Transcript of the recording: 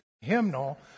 hymnal